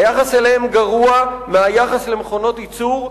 היחס אליהם גרוע מהיחס למכונות ייצור,